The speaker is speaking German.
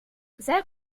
sehr